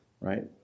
right